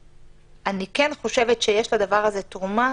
אני כן חושבת שיש לדבר הזה תרומה